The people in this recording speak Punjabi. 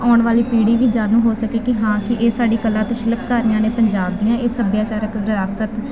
ਆਉਣ ਵਾਲੀ ਪੀੜ੍ਹੀ ਵੀ ਜਾਣੂ ਹੋ ਸਕੇ ਕਿ ਹਾਂ ਕਿ ਇਹ ਸਾਡੀ ਕਲਾ ਅਤੇ ਸ਼ਿਲਪਕਾਰੀਆਂ ਨੇ ਪੰਜਾਬ ਦੀਆਂ ਇਹ ਸੱਭਿਆਚਾਰਕ ਵਿਰਾਸਤ